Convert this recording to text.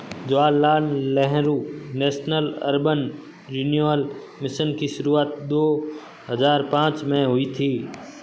Jawaharlal Nehru national urban renewal mission की शुरुआत दो हज़ार पांच में हुई थी